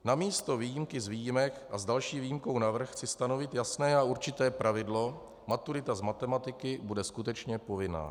Namísto výjimky z výjimek a s další výjimkou navrch chci stanovit jasné a určité pravidlo: maturita z matematiky bude skutečně povinná.